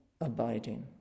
abiding